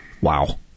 Wow